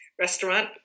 restaurant